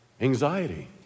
anxiety